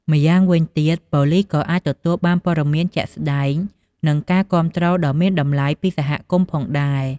ម្យ៉ាងវិញទៀត ប៉ូលិសក៏អាចទទួលបានព័ត៌មានជាក់ស្តែង និងការគាំទ្រដ៏មានតម្លៃពីសហគមន៍ផងដែរ។